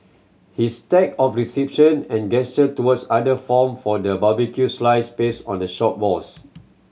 his stack of reception and gesture towards other form for the barbecued slices pasted on the shop walls